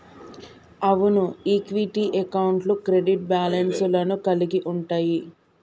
అవును ఈక్విటీ అకౌంట్లు credit balance లను కలిగి ఉంటయ్యి